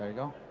go.